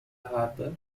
harbor